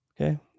Okay